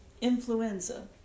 influenza